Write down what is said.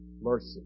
mercy